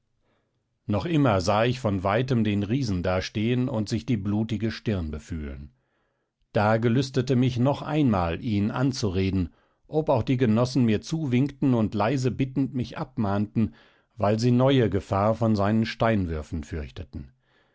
noch immer sah ich von weitem den riesen da stehen und sich die blutige stirn befühlen da gelüstete mich noch einmal ihn anzureden ob auch die genossen mir zuwinkten und leise bittend mich abmahnten weil sie neue gefahr von seinen steinwürfen fürchteten